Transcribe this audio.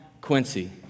Quincy